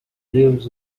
lives